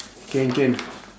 can can